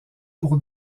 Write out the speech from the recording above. pour